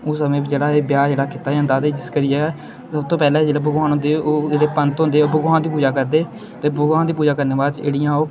उस समें च जेह्ड़ा ए ब्याह् जेह्ड़ा ऐ कीता जंदा ते जिस करियै सबतो पैह्लें जिसलै भगवान होंदे ओह् जेह्ड़े पंत होंदे भगवान दी पूजा करदे ते भगवान दी पूजा करने बाद च इ'यां ओह्